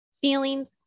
feelings